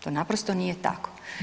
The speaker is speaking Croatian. To naprosto nije tako.